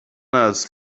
است